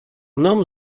mną